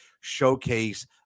showcase